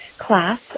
Class